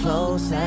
Close